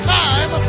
time